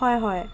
হয় হয়